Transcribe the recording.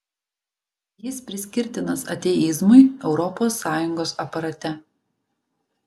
jis priskirtinas ateizmui europos sąjungos aparate